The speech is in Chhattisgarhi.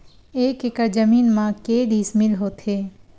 एक एकड़ जमीन मा के डिसमिल होथे?